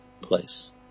place